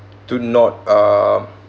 do not uh